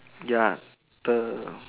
ya the